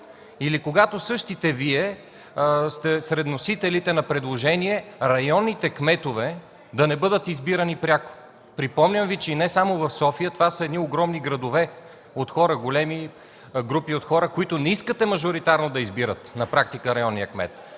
или когато същите Вие сте сред вносителите на предложения районните кметове да не бъдат избирани пряко? Припомням Ви, че не само в София, това са едни огромни градове с огромни групи от хора, които на практика не искате мажоритарно да избират районния кмет.